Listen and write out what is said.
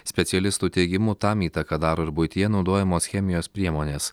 specialistų teigimu tam įtaką daro ir buityje naudojamos chemijos priemonės